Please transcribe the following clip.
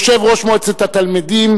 יושב-ראש מועצת התלמידים,